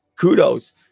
Kudos